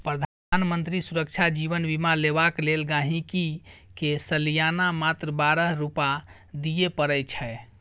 प्रधानमंत्री सुरक्षा जीबन बीमा लेबाक लेल गांहिकी के सलियाना मात्र बारह रुपा दियै परै छै